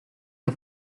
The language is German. ihr